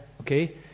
okay